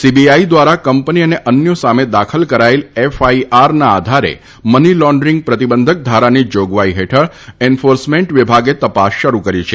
CBI દ્વારા company અને અન્યો સામે દાખલ કરાયેલ એફઆઇઆરના આધારે મની લોન્ડરીંગ પ્રતિબંધક ધારાની જાગવાઇ હેઠળ એન્ફોર્સમેન્ટ વિભાગે તપાસ શરૂ કરી છે